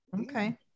Okay